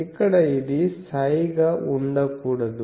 ఇక్కడ ఇది ψ గా ఉండకూడదు